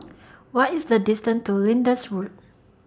What IS The distance to Lyndhurst Road